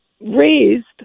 raised